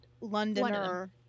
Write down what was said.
Londoner